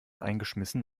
eingeschmissen